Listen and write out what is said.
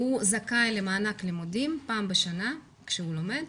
הוא זכאי למענק לימודים פעם בשנה, כשהוא לומד.